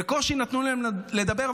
בקושי נתנו להם לדבר,